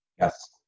Yes